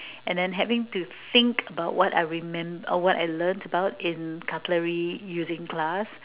and then having to think about what I remember what I learnt about in cutlery using class